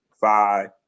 five